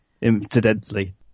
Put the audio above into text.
Incidentally